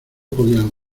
podían